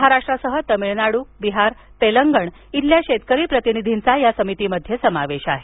महाराष्ट्रासह तमिळनाडू बिहार तेलंगण इथल्या शेतकरी प्रतिनिधींचा त्यामध्ये समावेश आहे